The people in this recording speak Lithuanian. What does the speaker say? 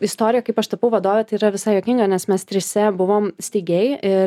istorija kaip aš tapau vadove tai yra visai juokinga nes mes trise buvom steigėjai ir